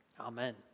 Amen